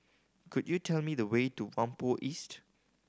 could you tell me the way to Whampoa East